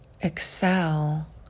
excel